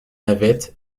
navettes